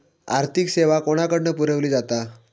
आर्थिक सेवा कोणाकडन पुरविली जाता?